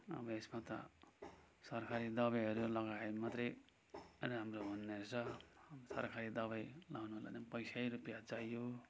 अब यसमा त सरकारी दबाईहरू लगायो भने मात्रै राम्रो हुने रहेछ सरकारी दबाई लगाउनु भने पैसै रुपियाँ चाहियो